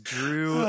Drew